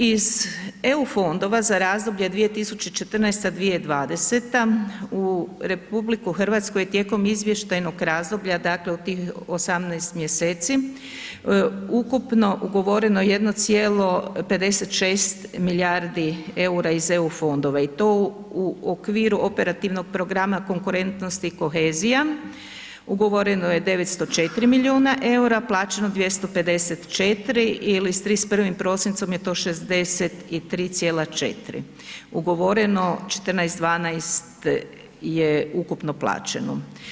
Iz EU fondova za razdoblje 2014.-2020. u RH je tijekom izvještajnog razdoblja, dakle, u tih 18 mjeseci ukupno ugovoreno 1,56 milijardi EUR-a iz EU fondova i to u okviru operativnog programa konkurentnosti i kohezija, ugovoreno je 904 milijuna EUR-a, plaćeno 254 ili s 31. prosincom je to 63,4 ugovoreno 14,12 je ukupno plaćeno.